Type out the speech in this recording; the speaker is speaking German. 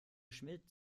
schmidt